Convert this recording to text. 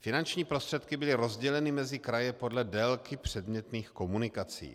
Finanční prostředky byly rozděleny mezi kraje podle délky předmětných komunikací.